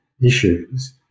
issues